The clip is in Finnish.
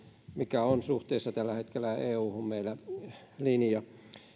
mikä on tällä hetkellä suhteessa euhun meillä linja